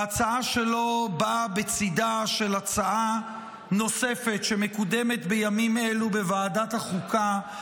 וההצעה שלו באה בצידה של הצעה נוספת שמקודמת בימים אלו בוועדת החוקה,